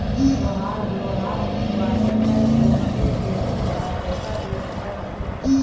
तोहार व्यवहार निक बाटे तअ तोहके केहु उधार पईसा दे सकत हवे